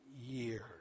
years